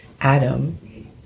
Adam